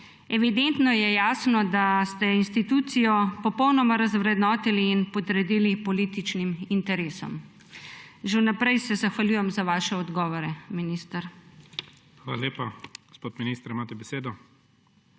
Evidentno je jasno, da ste institucijo popolnoma razvrednotili in podredili političnim interesom. Že vnaprej se zahvaljujem za vaše odgovore, minister. PREDSEDNIK IGOR ZORČIČ: Hvala lepa. Gospod minister, imate besedo.